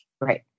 Right